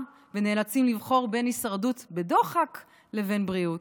ונאלצים לבחור בין הישרדות בדוחק לבין בריאות.